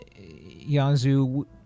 Yanzu